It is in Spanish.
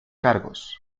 cargos